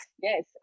yes